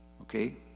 Okay